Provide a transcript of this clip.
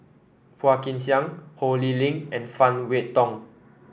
Phua Kin Siang Ho Lee Ling and Phan Wait Hong